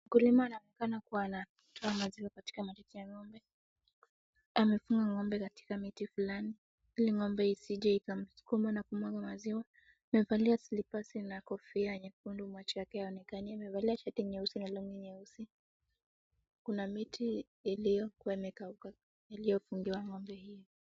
Mkulima anaonekana kuwa anatoa maziwa katika matiti ya ng'ombe. Amefunga ng'ombe katika miti fulani ili ng'ombe isije ikamsukuma na kumwaga maziwa. Amevalia slippers na kofia nyekundu, macho yake haionekani. Amevalia shati nyeusi na longi nyeusi. Kuna miti iliyokuwa imekauka iliyofungiwa ng'ombe hiyo.